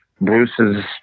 Bruce's